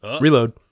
reload